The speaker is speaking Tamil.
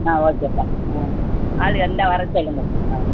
ஆ ஓகேப்பா ம் ஆள் இருந்தால் வரச் சொல்லுங்கள் ஆ